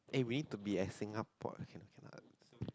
eh we need to be as singapore cannot cannot